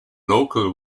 local